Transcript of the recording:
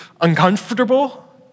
uncomfortable